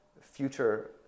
future